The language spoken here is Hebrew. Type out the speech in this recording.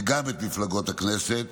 וגם את מפלגות הכנסת,